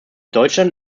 deutschland